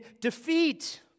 defeat